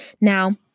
Now